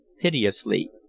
piteously